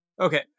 Okay